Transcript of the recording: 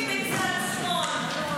כולם חירשים בצד שמאל.